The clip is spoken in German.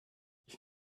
ich